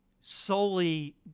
solely